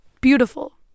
Beautiful